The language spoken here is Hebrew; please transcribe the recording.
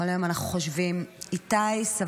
כל היום אנחנו חושבים: איתי סבירסקי